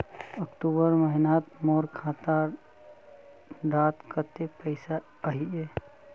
अक्टूबर महीनात मोर खाता डात कत्ते पैसा अहिये?